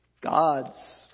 God's